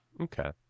Okay